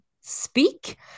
Speak